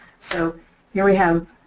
so here we have.